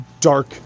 Dark